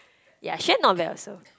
ya Xuan not bad also